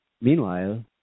meanwhile